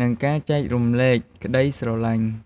និងការចែករំលែកក្ដីស្រឡាញ់។